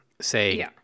say